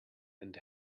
and